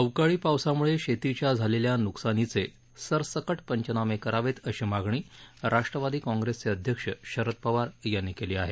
अवकाळी पावसाम्ळे शेतीच्या झालेल्या न्कसानीचे सरसकट पंचनामे करावेत अशी मागणी राष्ट्रवादी काँग्रेसचे अध्यक्ष शरद पवार यांनी केली आहे